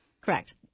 Correct